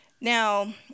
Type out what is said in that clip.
Now